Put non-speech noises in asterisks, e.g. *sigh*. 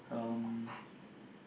um *breath*